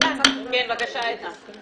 אני